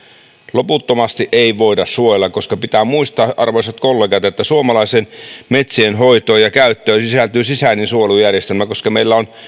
loputtomasti ei voida suojella ja pitää muistaa arvoisat kollegat että suomalaisien metsien hoitoon ja käyttöön sisältyy sisäinen suojelujärjestelmä koska meillä on